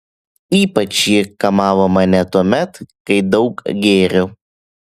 ypač ji kamavo mane tuomet kai daug gėriau